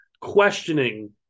questioning